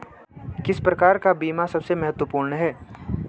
किस प्रकार का बीमा सबसे महत्वपूर्ण है?